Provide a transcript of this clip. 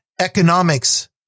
economics